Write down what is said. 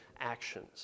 actions